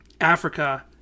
Africa